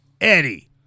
Eddie